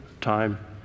time